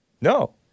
no